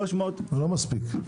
לא מספיק.